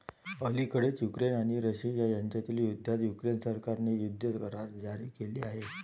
अलिकडेच युक्रेन आणि रशिया यांच्यातील युद्धात युक्रेन सरकारने युद्ध करार जारी केले आहेत